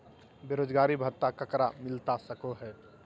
बेरोजगारी भत्ता ककरा मिलता सको है?